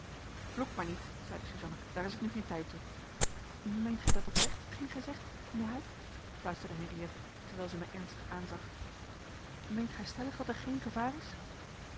vloek maar niet zeide suzanna daar is het nu geen tijd toe meent gij dat oprecht hetgeen gij zegt mijnheer huyck fluisterde henriëtte terwijl zij mij ernstig aanzag meent gij stellig dat er geen gevaar is